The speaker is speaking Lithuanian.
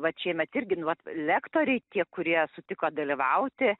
vat šiemet irgi vat lektoriai tie kurie sutiko dalyvauti